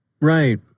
Right